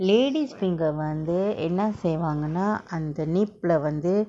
ladies' finger வந்து என்ன செய்வாங்கன்னா அந்த:vanthu enna seivangana andtha nip lah வந்து:vanthu